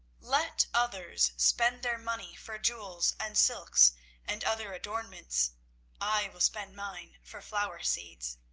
let others spend their money for jewels and silks and other adornments i will spend mine for flower-seeds.